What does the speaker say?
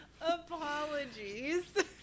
apologies